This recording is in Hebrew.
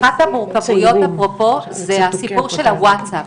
אחת המורכבויות היא הסיפור של הוואטסאפ,